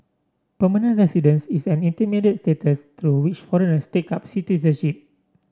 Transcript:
permanent residence is an intermediate status through which foreigners take up citizenship